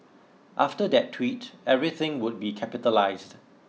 after that tweet everything would be capitalised